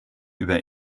über